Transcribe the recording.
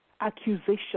accusation